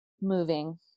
moving